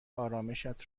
آرامِشت